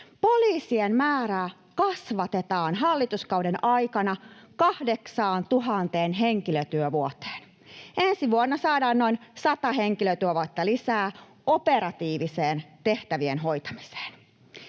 Poliisien määrää kasvatetaan hallituskauden aikana 8 000 henkilötyövuoteen. Ensi vuonna saadaan noin sata henkilötyövuotta lisää operatiivisten tehtävien hoitamiseen.